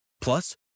Plus